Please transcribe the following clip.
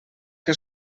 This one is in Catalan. que